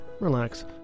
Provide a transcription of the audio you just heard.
relax